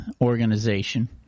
organization